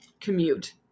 commute